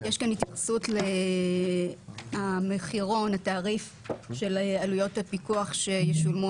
יש כאן התייחסות לתעריף עלויות הפיקוח שישולמו